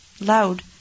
loud